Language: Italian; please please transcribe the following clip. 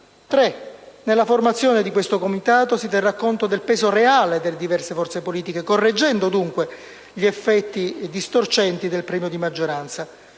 nella formazione di questo Comitato si terrà conto del peso reale delle diverse forze politiche, correggendo dunque gli effetti distorcenti del premio di maggioranza.